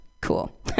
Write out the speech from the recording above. cool